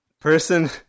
person